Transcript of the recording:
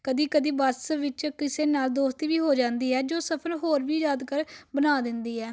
ਕਦੀ ਕਦੀ ਬੱਸ ਵਿੱਚ ਕਿਸੇ ਨਾਲ ਦੋਸਤੀ ਵੀ ਹੋ ਜਾਂਦੀ ਹੈ ਜੋ ਸਫ਼ਰ ਹੋਰ ਵੀ ਯਾਦਗਾਰ ਬਣਾ ਦਿੰਦੀ ਹੈ